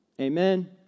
Amen